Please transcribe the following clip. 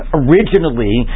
originally